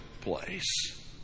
place